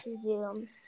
Zoom